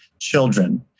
children